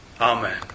Amen